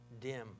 dim